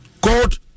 God